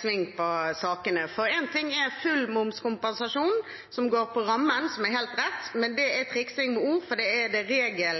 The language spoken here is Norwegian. sving på sakene. En ting er full momskompensasjon, som går på rammen og som er helt rett, men det er triksing med ord, for det er det